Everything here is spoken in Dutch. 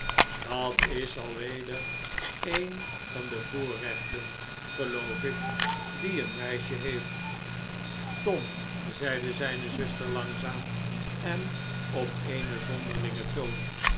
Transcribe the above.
dat is alweder een van de voorrechten geloof ik die een meisje heeft tom zeide zijne zuster langzaam en op een zonderlingen toon